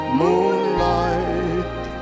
moonlight